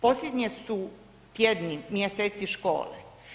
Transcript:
Posljednji su tjedni, mjeseci škole.